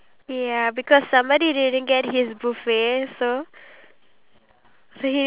oh ya because in singapore they have like the A B thingy right